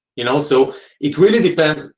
and also it really depends